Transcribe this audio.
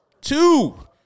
two